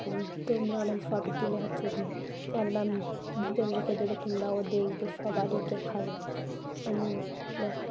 তোমরা ওরকম ফটো তুলে হচ্ছে অ্যালবাম ভিতরে রেখে দেবে তোমরাও দেখবে সবারই দেখাবে আমিও দেখাই